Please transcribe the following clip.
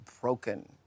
broken